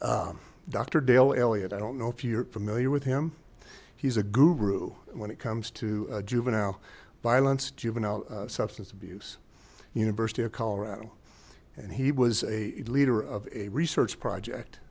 now dr dale elliot i don't know if you're familiar with him he's a guru when it comes to juvenile violence juvenile substance abuse university of colorado and he was a leader of a research project